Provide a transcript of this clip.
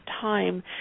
time